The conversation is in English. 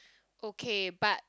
okay but